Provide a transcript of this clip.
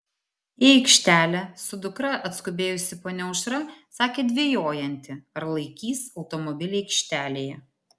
į aikštelę su dukra atskubėjusi ponia aušra sakė dvejojanti ar laikys automobilį aikštelėje